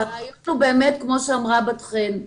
כמו שאמרה בת חן,